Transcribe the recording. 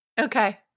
Okay